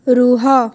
ରୁହ